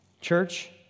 Church